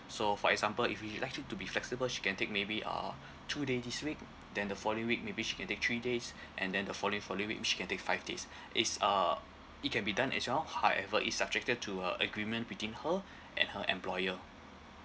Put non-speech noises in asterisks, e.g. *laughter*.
so for example if she'd like it to be flexible she can take maybe uh two day this week then the following week maybe she can take three days and then the following following week which she can take five days *breath* it's uh it can be done as well however it's subjected to a agreement between her and her employer